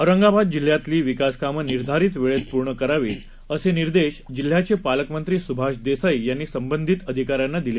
औरंगाबात जिल्ह्यातली विकास कामं निर्धारित वेळेत पूर्ण करावीत असे निर्देश जिल्ह्याचे पालकमंत्री सुभाष देसाई यांनी संबंधित अधिकाऱ्यांना दिले